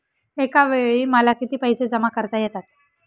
एकावेळी मला किती पैसे जमा करता येतात?